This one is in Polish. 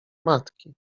matki